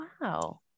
Wow